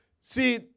See